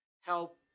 help